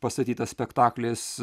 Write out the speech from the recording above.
pastatytas spektaklis